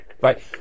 Right